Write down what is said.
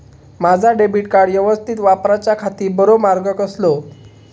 माजा debit card यवस्तीत वापराच्याखाती बरो मार्ग कसलो?